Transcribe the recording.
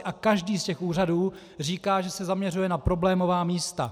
A každý z těch úřadů říká, že se zaměřuje na problémová místa.